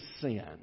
sin